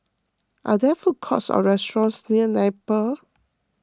are there food courts or restaurants near Napier